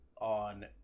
on